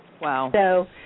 Wow